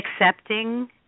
accepting